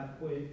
quick